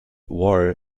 war